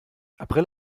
april